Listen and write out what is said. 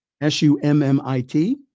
S-U-M-M-I-T